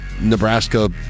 Nebraska